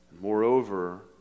Moreover